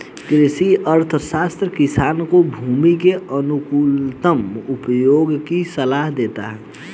कृषि अर्थशास्त्र किसान को भूमि के अनुकूलतम उपयोग की सलाह देता है